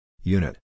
Unit